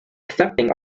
accepting